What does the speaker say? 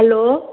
hello